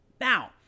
Now